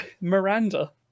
Miranda